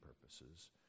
purposes